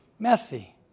Messy